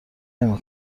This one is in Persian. نمی